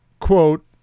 quote